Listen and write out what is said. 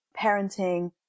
parenting